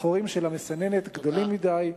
החורים של המסננת גדולים מדי,